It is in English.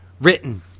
Written